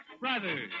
Brothers